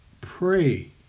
pray